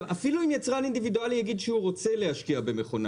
אפילו אם יצרן אינדיבידואלי יגיד שהוא רוצה להשקיע במכונה